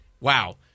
wow